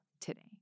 today